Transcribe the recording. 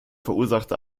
verursachte